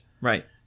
Right